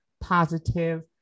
positive